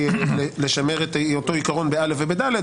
בין אם הוא במקורי או בחדשים - יכול לצאת.